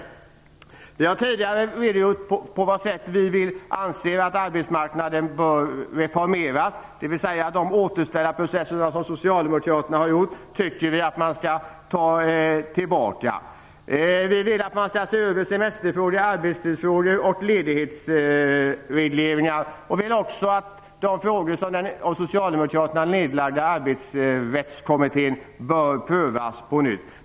Jag har tidigare redogjort för på vad sätt vi anser att arbetsmarknaden bör reformeras, dvs. att vi tycker att man skall riva upp den återställningsprocess som socialdemokraterna har igångsatt. Vi vill att man skall se över semesterfrågor, arbetstidsfrågor och ledighetsregleringar, och vi vill också att de frågor som den av socialdemokraterna nedlagda Arbetsrättskommittén arbetade med bör prövas på nytt.